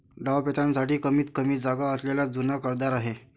डावपेचांसाठी कमीतकमी जागा असलेला जुना कर्जदार आहे